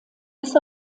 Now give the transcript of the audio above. bis